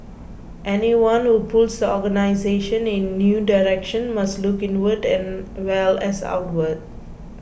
anyone who pulls the organisation in new direction must look inward as well as outward